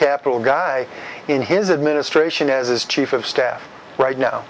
capital guy in his administration is his chief of staff right now